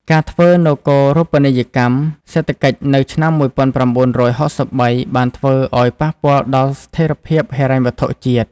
ការធ្វើនគររូបនីយកម្មសេដ្ឋកិច្ចនៅឆ្នាំ ១៩៦៣ បានធ្វើឱ្យប៉ះពាល់ដល់ស្ថិរភាពហិរញ្ញវត្ថុជាតិ។